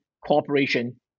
cooperation